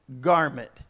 garment